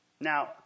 Now